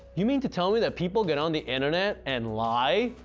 you mean to tell me that people get on the internet and lie!